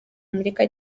amerika